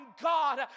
God